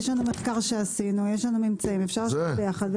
עשינו מחקר, יש לנו ממצאים ואפשר לשבת ביחד.